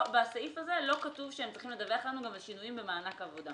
בסעיף הזה לא כתוב שהם צריכים לדווח לנו גם על שינויים במענק עבודהץ